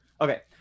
okay